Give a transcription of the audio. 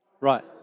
Right